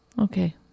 Okay